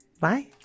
Bye